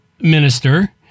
minister